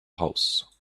house